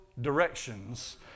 directions